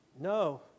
No